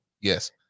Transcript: yes